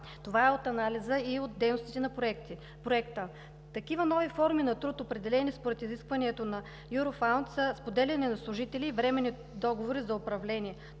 Това е от анализа и от дейностите на Проекта. Такива нови форми на труд, определени според изискването на Юрофаунд, са споделянето на служители и временни договори за управление